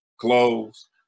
clothes